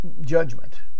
judgment